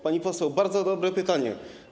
Pani poseł, bardzo dobre pytanie.